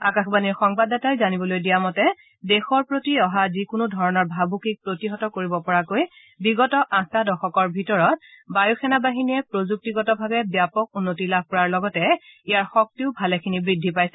আকাশবাণীৰ সংবাদদাতাই জানিবলৈ দিয়া মতে দেশৰ প্ৰতি অহা যিকোনো ধৰণৰ ভাবুকিক প্ৰতিহত কৰিব পৰাকৈ বিগত আঠটা দশকৰ ভিতৰত বায়ু সেনা বাহিনীয়ে প্ৰযুক্তিগতভাৱে ব্যাপক উন্নতি লাভ কৰাৰ লগতে ইয়াৰ শক্তিও ভালেখিনি বৃদ্ধি পাইছে